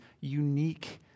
unique